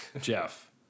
Jeff